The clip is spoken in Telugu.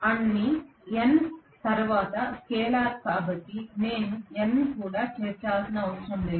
అన్ని N తరువాత స్కేలార్ కాబట్టి నేను N ను కూడా చేర్చాల్సిన అవసరం లేదు